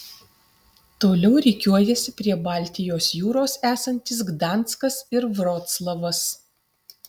toliau rikiuojasi prie baltijos jūros esantis gdanskas ir vroclavas